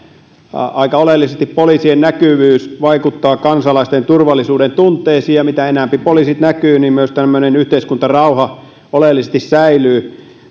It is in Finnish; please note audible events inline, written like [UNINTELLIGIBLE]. aika oleellisesti poliisien näkyvyys vaikuttaa kansalaisten turvallisuudentunteeseen ja mitä enempi poliisit näkyvät sitä oleellisemmin myös tämmöinen yhteiskuntarauha säilyy [UNINTELLIGIBLE]